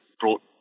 brought